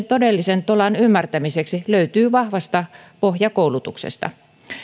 todellisen tolan ymmärtämiseksi löytyvät vahvasta pohjakoulutuksesta